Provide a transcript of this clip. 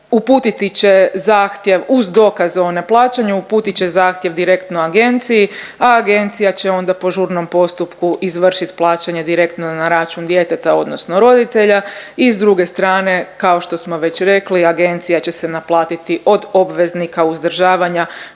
uputiti će zahtjev uz dokaz o neplaćanju, uputit će zahtjev direktno agenciji, a agencija će onda po žurnom postupku izvršit plaćanje direktno na račun djeteta, odnosno roditelja i s druge strane kao što smo već rekli agencija će se naplatiti od obveznika uzdržavanja